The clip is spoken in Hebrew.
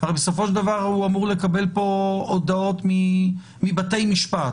הרי בסופו של דבר הוא אמור לקבל פה הודעות מבתי משפט.